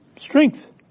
Strength